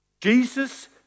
Jesus